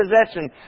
possession